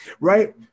right